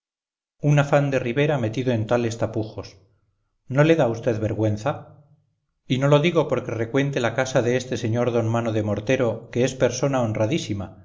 un afán de ribera metido en tales tapujos no le da a vd vergüenza y no lo digo porque recuente la casa de este sr d mano de mortero que es persona honradísima